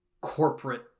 corporate